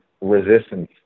resistance